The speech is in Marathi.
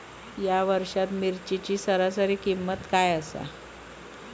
या वर्षात मिरचीची सरासरी किंमत काय आसा?